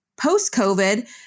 Post-COVID